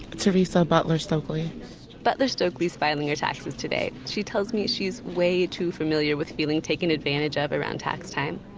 teresa butler-stokley butler-stokley is filing her taxes today. she tells me she's way too familiar with feeling taken advantage of around tax time.